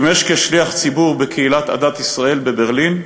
הוא שימש שליח ציבור בקהילת "עדת ישראל" בברלין,